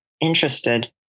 interested